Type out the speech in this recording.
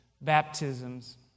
baptisms